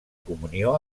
comunió